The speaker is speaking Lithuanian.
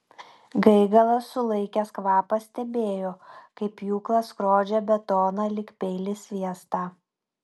gaigalas sulaikęs kvapą stebėjo kaip pjūklas skrodžia betoną lyg peilis sviestą